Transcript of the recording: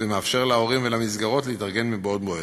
ומאפשר להורים ולמסגרות להתארגן מבעוד מועד.